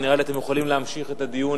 אבל נראה לי שאתם יכולים להמשיך את הדיון